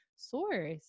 Source